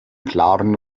klaren